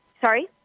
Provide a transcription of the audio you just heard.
Sorry